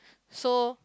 so